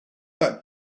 that